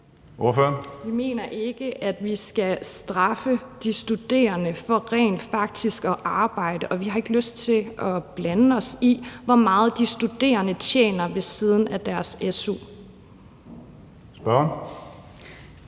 Vi mener ikke, at vi skal straffe de studerende for rent faktisk at arbejde, og vi har ikke lyst til at blande os i, hvor meget de studerende tjener ved siden af deres su. Kl.